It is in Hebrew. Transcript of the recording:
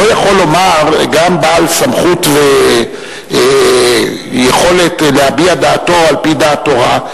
לא יכול לומר גם בעל סמכות ויכולת להביע דעתו על-פי דעת תורה,